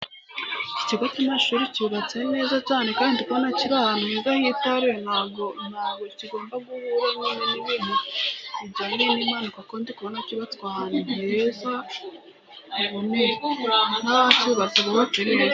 Iki kigo c'amashuri cubatse neza cane, kandi ndi kubona kiri ahantu heza hitaruye ntabwo kigomba guhura n'ibintu bijanye n'impanuka kuko cubatswe ahantu heza hakomeye, n'abacubatse bacubatse neza.